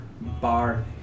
bar